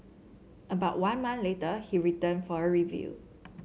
about one month later he returned for a review